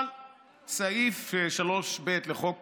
אבל סעיף 3(ב) לחוק